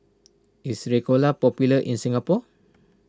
is Ricola popular in Singapore